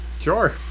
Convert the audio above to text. Sure